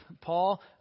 Paul